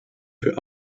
für